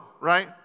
right